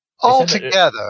Altogether